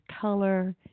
color